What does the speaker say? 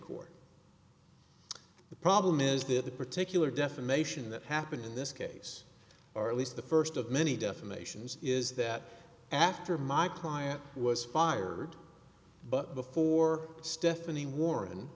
court the problem is that the particular defamation that happened in this case or at least the first of many defamations is that after my client was fired but before stephanie warren